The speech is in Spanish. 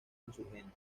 insurgentes